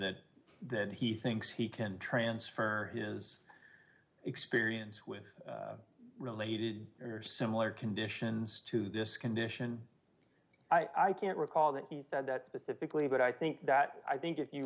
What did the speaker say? that that he thinks he can transfer his experience with related or similar conditions to this condition i can't recall that he said that specifically but i think that i think if you